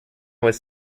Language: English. was